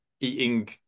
eating